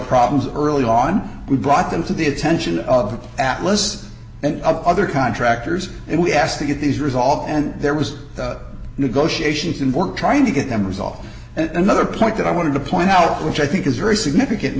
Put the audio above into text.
problems early on we brought them to the attention of atlas and other contractors and we asked to get these resolved and there was negotiations and work trying to get them resolved another point that i wanted to point out which i think is very significant